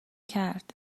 کرد